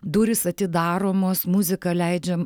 durys atidaromos muziką leidžiam